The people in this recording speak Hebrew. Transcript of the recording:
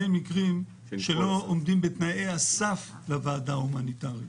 אלה מקרים שלא עומדים בתנאי הסף של הוועדה ההומניטרית,